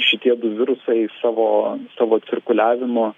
šitie du virusai savo savo cirkuliavimu